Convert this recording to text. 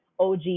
OG